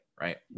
right